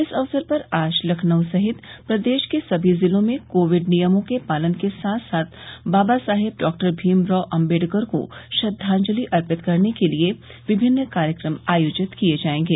इस अवसर पर आज लखनऊ सहित प्रदेश के सभी जिलों में कोविड नियमों के पालन के साथ बाबा साहेब डॉक्टर भीमराव आम्बेडकर को श्रद्वाजंलि अर्पित करने के लिए विभिन्न कार्यक्रम आयोजित किए जायेंगे